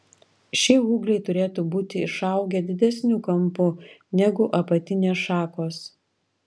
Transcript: šie ūgliai turėtų būti išaugę didesniu kampu negu apatinės šakos